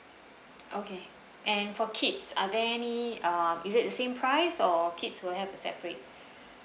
okay and for kids are they any uh is it the same price or kids will have a separate